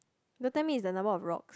don't tell me is the number of rocks